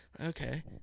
Okay